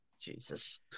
Jesus